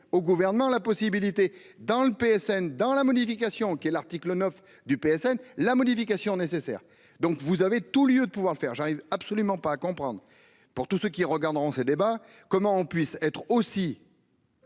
au gouvernement la possibilité dans le PSN dans la modification qui est l'article 9 du PSN la modification nécessaire. Donc vous avez tout lieu de pouvoir faire j'arrive absolument pas à comprendre pour tous ceux qui regarderont ces débats comment on puisse être aussi.--